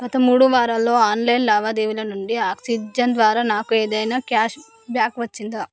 గత మూడు వారాల్లో ఆన్లైన్ లావాదేవీల నుండి ఆక్సిజెన్ ద్వారా నాకు ఏదైనా క్యాష్ బ్యాక్ వచ్చిందా